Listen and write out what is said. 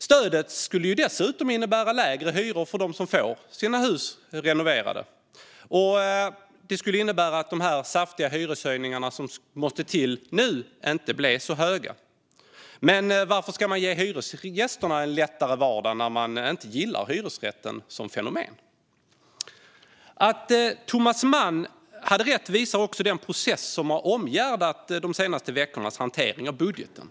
Stödet skulle dessutom innebära lägre hyror för dem som får sina hus renoverade, och det skulle innebära att de saftiga hyreshöjningar som måste till inte blir så höga. Men varför ska man ge hyresgästerna en lättare vardag när man inte gillar hyresrätten som fenomen? Att Thomas Mann hade rätt visar också den process som omgärdat de senaste veckornas hantering av budgeten.